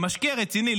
למשקיע רציני,